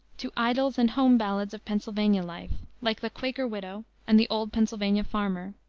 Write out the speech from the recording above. to idyls and home ballads of pennsylvania life, like the quaker widow and the old pennsylvania farmer,